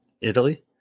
italy